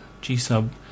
G-sub